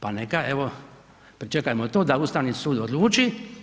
Pa neka, evo, pričekajmo to da Ustavni sud odluči.